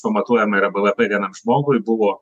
pamatuojama yra bvp vienam žmogui buvo